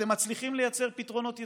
אתם מצליחים לייצר פתרונות יצירתיים.